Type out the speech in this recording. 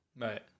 Right